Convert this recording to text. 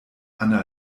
anna